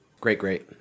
Great-great